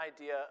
idea